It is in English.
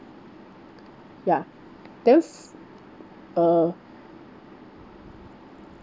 ya then f~ uh